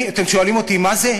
אתם שואלים אותי מה זה?